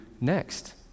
next